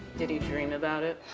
did he dream about it?